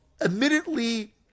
Admittedly